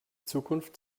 zukunft